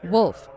Wolf